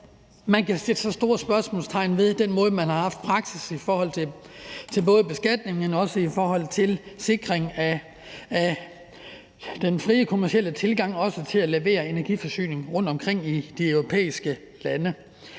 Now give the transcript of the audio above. man kan sætte så store spørgsmålstegn ved den måde, man har haft praksis på i forhold til både beskatning, men også i forhold til sikring af den frie kommercielle tilgang, også til at levere energi rundtomkring i de europæiske lande.